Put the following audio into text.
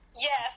Yes